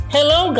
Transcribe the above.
Hello